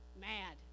mad